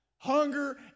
Hunger